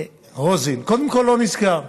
קודם כול, לא נסגר,